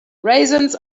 raisins